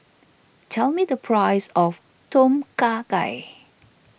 tell me the price of Tom Kha Gai